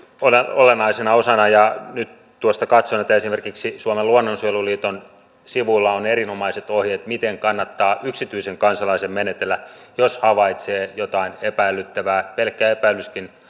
olennaisena osana nyt tuosta katsoin että esimerkiksi suomen luonnonsuojeluliiton sivuilla on erinomaiset ohjeet miten kannattaa yksityisen kansalaisen menetellä jos havaitsee jotain epäilyttävää pelkkä epäilyskin